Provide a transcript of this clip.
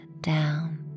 down